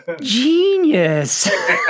Genius